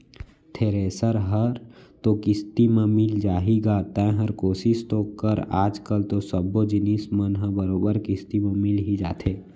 thresher हर तो किस्ती म मिल जाही गा तैंहर कोसिस तो कर आज कल तो सब्बो जिनिस मन ह बरोबर किस्ती म मिल ही जाथे